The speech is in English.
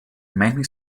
many